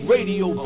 Radio